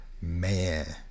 man